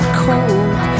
cold